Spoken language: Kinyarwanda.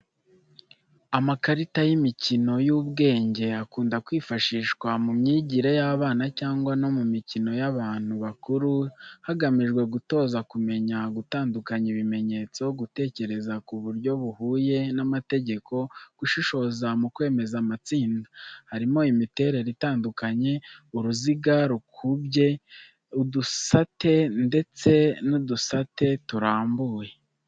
Amakarita y’imikino y’ubwenge akunda kwifashishwa mu myigire y’abana cyangwa no mu mikino y’abantu bakuru hagamijwe gutoza kumenya gutandukanya ibimenyetso, gutekereza ku buryo buhuye n’amategeko, gushishoza mu kwemeza amatsinda. Harimo imiterere itandukanye uruziga rukubye, udusate ndetse n'udusate turambuye.